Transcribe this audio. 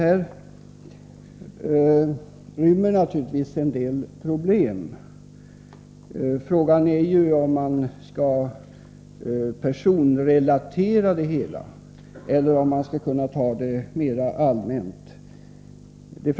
Frågan rymmer naturligtvis en del problem. Det gäller om vi skall personrelatera det hela eller ta det mer allmänt.